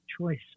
Choice